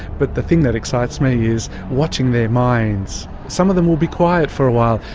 but the thing that excites me is watching their minds. some of them will be quiet for a while,